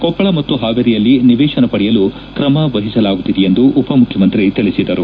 ಕೊಪ್ಪಳ ಮತ್ತು ಹಾವೇರಿಯಲ್ಲಿ ನಿವೇಶನ ಪಡೆಯಲು ಕ್ರಮ ವಹಿಸಲಾಗುತ್ತಿದೆ ಎಂದು ಉಪ ಮುಖ್ಯಮಂತ್ರಿ ತಿಳಿಸಿದರು